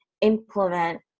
implement